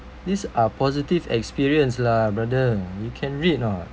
these are positive experience lah brother you can read or not